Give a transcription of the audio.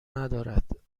ندارد